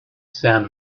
sound